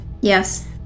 Yes